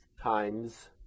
times